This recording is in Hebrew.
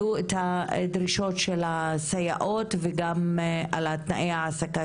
עלו פה הדרישות של הסייעות וגם תנאי ההעסקה